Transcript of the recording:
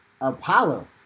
Apollo